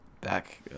Back